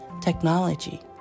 technology